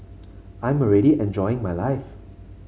I'm already enjoying my life